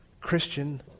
Christian